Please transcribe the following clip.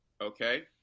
okay